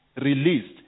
released